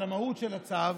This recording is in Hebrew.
על המהות של הצו,